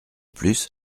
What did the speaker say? plus